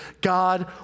God